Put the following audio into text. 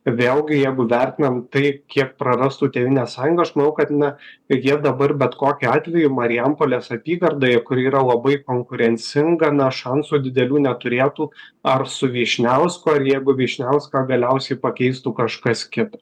vėlgi jeigu vertinam tai kiek prarastų tėvynės sąjunga aš manau kad ne jie dabar bet kokiu atveju marijampolės apygardoje kuri yra labai konkurencinga na šansų didelių neturėtų ar su vyšniausku ar jeigu vyšniauską galiausiai pakeistų kažkas kita